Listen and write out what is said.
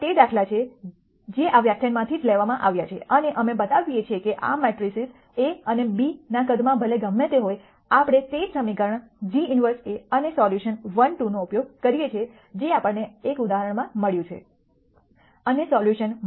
આ તે દાખલા છે જે આ વ્યાખ્યાનમાંથી જ લેવામાં આવ્યા છે અને અમે બતાવીએ છીએ કે આ મેટ્રિસીસ a અને bના કદમાં ભલે ગમે તે હોય આપણે તે જ સમીકરણ જી ઇન્વર્સ A અને સોલ્યુશન 1 2 નો ઉપયોગ કરીએ છીએ જે આપણને એક ઉદાહરણમાં મળ્યું છે અને સોલ્યુશન